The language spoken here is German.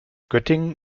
göttingen